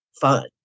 Fun